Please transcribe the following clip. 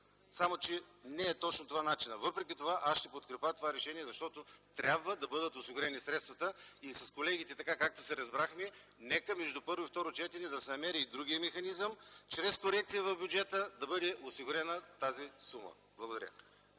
Само че не точно това е начинът. Въпреки това аз ще подкрепя това решение, защото трябва да бъдат осигурени средствата й така, както се разбрахме с колегите, нека между първо и второ четене да се намери и другият механизъм – чрез корекция в бюджета да бъде осигурена тази сума. Благодаря.